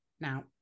now